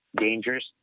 dangerous